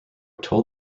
told